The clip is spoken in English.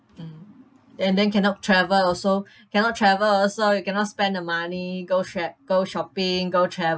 mm and then cannot travel also cannot travel also you cannot spend the money go sh~ go shopping go travel